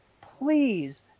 please